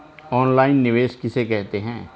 Online निवेश किसे कहते हैं?